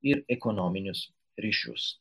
ir ekonominius ryšius